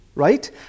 Right